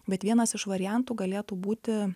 bet vienas iš variantų galėtų būti